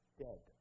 dead